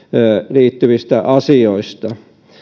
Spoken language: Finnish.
liittyvistä asioista